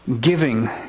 giving